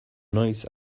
noiz